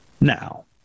Now